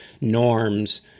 norms